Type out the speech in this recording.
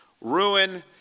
ruin